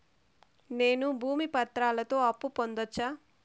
నేను భూమి పత్రాలతో అప్పు పొందొచ్చా?